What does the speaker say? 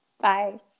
Bye